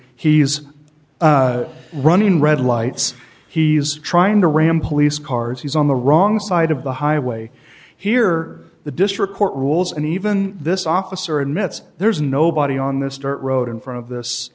he's running red lights he's trying to ram police cars he's on the wrong side of the highway here the district court rules and even this officer admits there's nobody on this dirt road in front of this